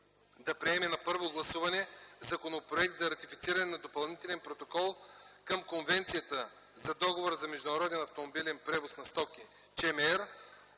да приеме на първо гласуване Законопроект за ратифициране на Допълнителен протокол към Конвенцията за договора за международен автомобилен превоз на стоки (СМR)